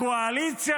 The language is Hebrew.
לקואליציה,